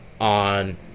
on